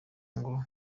ngo